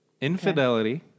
infidelity